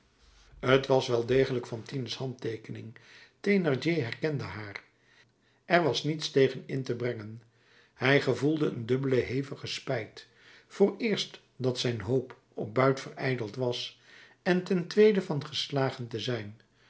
t was wel degelijk fantines handteekening thénardier herkende haar er was niets tegen in te brengen hij gevoelde een dubbele hevige spijt vooreerst dat zijn hoop op buit verijdeld was en ten tweede van geslagen te zijn